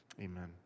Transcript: amen